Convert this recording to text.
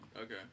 Okay